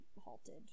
halted